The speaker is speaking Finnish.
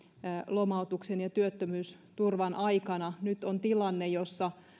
lomautuksen ja työttömyysturvan aikana nyt on tilanne jossa